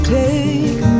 take